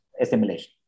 assimilation